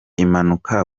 impanuka